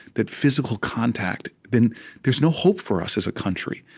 that physical contact then there's no hope for us as a country,